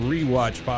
Rewatch